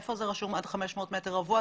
איפה רשום עד 500 מטרים רבועים?